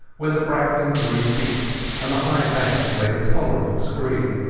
where the bracken grew deep and the high banks made a tolerable screen.